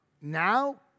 Now